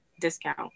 discount